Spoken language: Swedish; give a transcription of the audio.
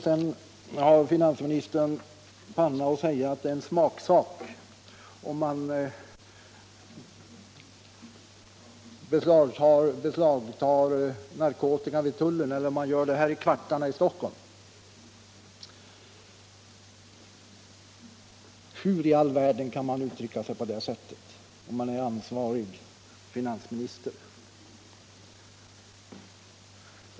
Sedan har finansministern panna att säga att det är en smaksak om man beslagtar narkotikan i tullen eller om man gör det i kvartarna här i Stockholm. Hur i all världen kan man som ansvarig finansminister uttrycka sig på det sättet?